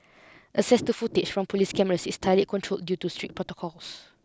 access to footage from police cameras is tightly controlled due to strict protocols